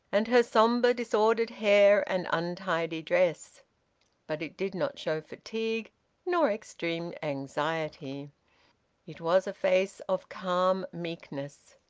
and her sombre disordered hair and untidy dress but it did not show fatigue nor extreme anxiety it was a face of calm meekness.